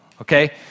Okay